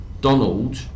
Donald